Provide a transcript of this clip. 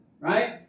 Right